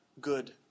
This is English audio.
good